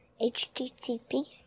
Http